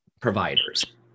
providers